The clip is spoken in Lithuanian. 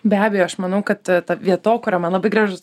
be abejo aš manau kad vietokūra man labai gražus